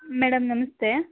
madam ನಮಸ್ತೆ